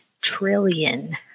trillion